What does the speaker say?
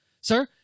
sir